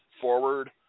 forward